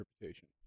interpretation